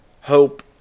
Hope